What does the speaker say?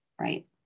right